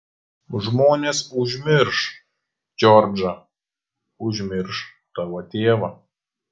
žmonės užmirš džordžą užmirš tavo tėvą